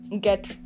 get